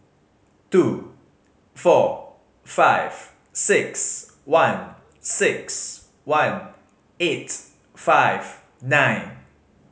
two four five six one six one eight five nine